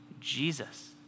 Jesus